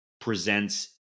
presents